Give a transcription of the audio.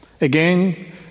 Again